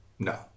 No